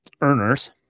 earners